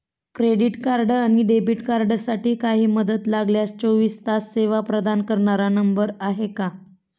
Credit आणि debit कार्डसाठी काही मदत लागल्यास चोवीस तास सेवा प्रदान करणारा नंबर आहे का?